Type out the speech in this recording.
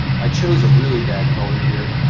i chose a really bad color here.